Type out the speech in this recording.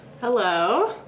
Hello